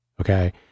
Okay